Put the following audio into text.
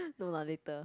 no lah later